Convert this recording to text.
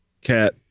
cat